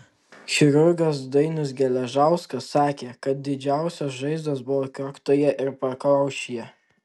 chirurgas dainius geležauskas sakė kad didžiausios žaizdos buvo kaktoje ir pakaušyje